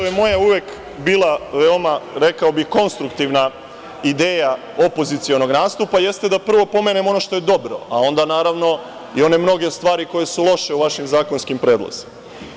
Ono što je uvek bila moja konstruktivna ideja opozicionog nastupa, jeste da prvo pomenem ono što je dobro, a onda i one mnoge stvari koje su loše u vašim zakonskim predlozima.